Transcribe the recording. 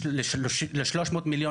יש לזה הרבה היבטים,